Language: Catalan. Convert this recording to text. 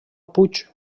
puig